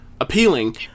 appealing